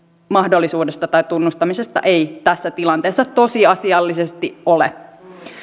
mahdollisuudesta tai tunnustamisesta ei tässä tilanteessa tosiasiallisesti ole